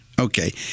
Okay